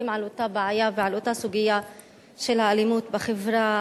על אותה בעיה ועל אותה סוגיה של האלימות בחברה